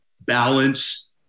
balance